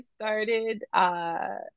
started